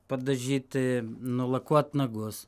padažyti nulakuot nagus